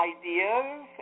ideas